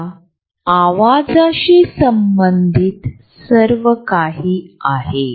हा एक झोन देखील आहे ज्यामध्ये आम्ही फक्त अगदी जवळच्या लोकांना आणि कुटुंबातील सदस्यांना परवानगी देतो